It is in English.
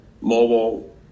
mobile